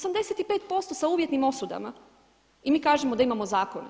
85% sa uvjetnim osudama i mi kažemo da imamo zakon.